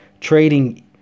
trading